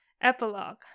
Epilogue